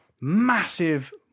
massive